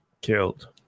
killed